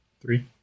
Three